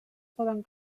poden